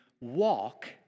walk